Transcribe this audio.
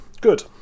Good